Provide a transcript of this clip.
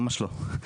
ממש לא,